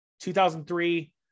2003